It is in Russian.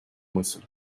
мысль